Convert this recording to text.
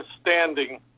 standing